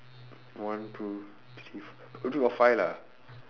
one two three four only got five lah